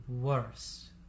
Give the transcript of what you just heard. worse